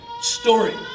story